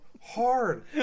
hard